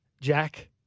Jack